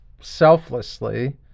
selflessly